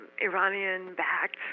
Iranian-backed